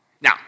Now